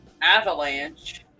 Avalanche